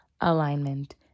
alignment